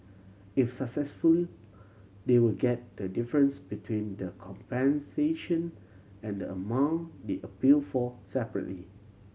if successfully they will get the difference between the compensation and the amount they appeal for